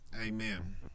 amen